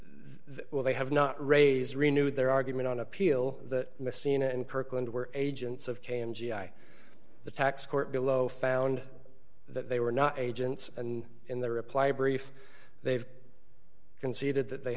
they will they have not raise renewed their argument on appeal that messina and kirkland were agents of came g i the tax court below found that they were not agents and in their reply brief they've conceded that they